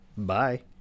Bye